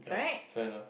correct